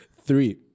Three